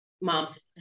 mom's